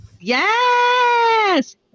Yes